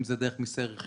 אם זה דרך מיסי רכישה,